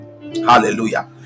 hallelujah